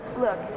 Look